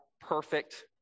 perfect